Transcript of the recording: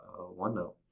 OneNote